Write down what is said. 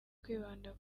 kwibanda